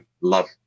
love